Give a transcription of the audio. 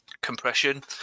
compression